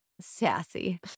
sassy